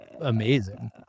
amazing